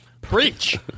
Preach